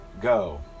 Go